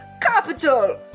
Capital